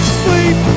sleep